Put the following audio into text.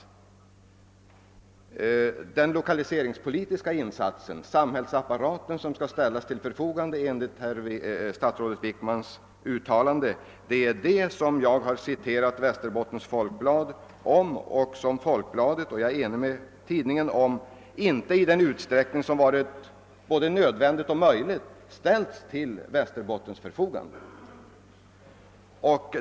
Jag anförde tidigare ett citat ur Västerbottens Folkblad beträffande den lokaliseringspolitiska insatsen — dvs. den samhällsapparat som enligt statsrådet Wickmans uttalande skall ställas till förfogande — och jag instämmer också i Folkbladets invändning att man därvidlag inte i den utsträckning som varit möjlig ställt resurser till Västerbottens förfogande.